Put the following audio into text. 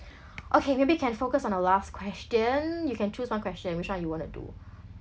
okay maybe can focus on a last question you can choose one question which one you wanna do